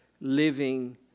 living